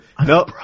No